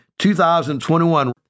2021